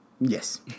Yes